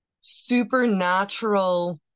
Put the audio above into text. supernatural